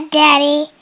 daddy